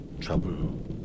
trouble